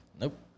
Nope